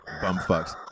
bumfucks